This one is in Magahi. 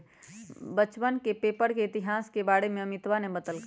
बच्चवन के पेपर के इतिहास के बारे में अमितवा ने बतल कई